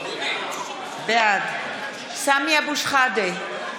בעד סמי אבו שחאדה,